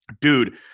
Dude